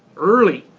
early.